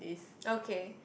okay